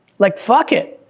like, fuck it,